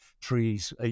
trees